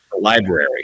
Library